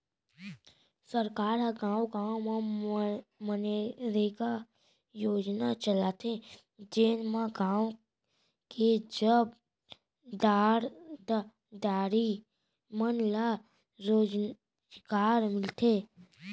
सरकार ह गाँव गाँव म मनरेगा योजना चलाथे जेन म गाँव के जॉब कारड धारी मन ल रोजगार मिलथे